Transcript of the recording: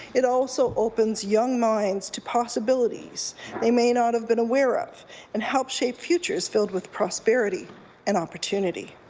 it also opens young minds to possibilities they may not have been aware of and help shape futures filled with prosperity and opportunity.